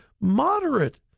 moderate